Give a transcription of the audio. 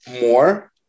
more